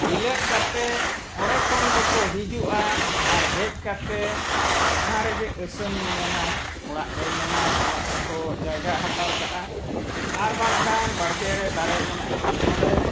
ᱤᱞᱟᱹᱫ ᱠᱟᱛᱮᱫ ᱚᱸᱰᱮ ᱠᱷᱚᱱ ᱫᱚᱠᱚ ᱦᱤᱡᱩᱜᱼᱟ ᱟᱨ ᱦᱮᱡ ᱠᱟᱛᱮᱫ ᱡᱟᱦᱟᱸ ᱨᱮᱜᱮ ᱟᱹᱥᱟᱹᱢᱤ ᱢᱮᱱᱟᱭ ᱚᱲᱟᱜ ᱨᱮ ᱢᱮᱱᱟᱭ ᱚᱲᱟᱜ ᱨᱮᱠᱚ ᱡᱟᱭᱜᱟ ᱦᱟᱛᱟᱲ ᱠᱟᱜᱼᱟ ᱟᱨ ᱵᱟᱝᱠᱷᱟᱱ ᱵᱟᱲᱜᱮᱨᱮ ᱫᱟᱨᱮ ᱢᱮᱱᱟᱜ ᱠᱷᱟᱱ ᱚᱸᱰᱮ